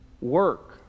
work